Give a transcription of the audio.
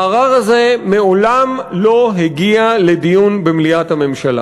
והערר הזה מעולם לא הגיע לדיון במליאת הממשלה.